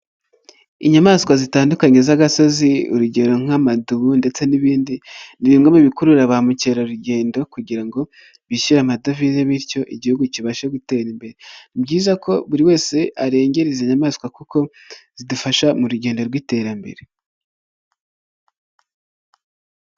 Inyamaswa zitandukanye z'agasozi urugero nk'amadubu ndetse n'ibindi, ni bimwe mu bikurura ba mukerarugendo kugira ngo bishyure amadavize bityo igihugu kibashe gutera imbere, ni byiza ko buri wese arengengera izi nyamaswa kuko zidufasha mu rugendo rw'iterambere.